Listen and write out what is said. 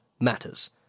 matters